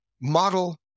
model